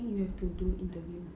I think you have to go interview